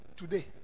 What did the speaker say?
today